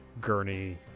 gurney